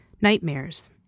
nightmares